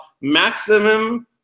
Maximum